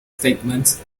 statements